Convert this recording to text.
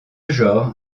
genre